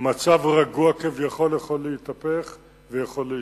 מצב רגוע כביכול יכול להתהפך ויכול להשתנות.